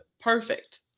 perfect